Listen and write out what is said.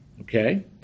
okay